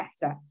better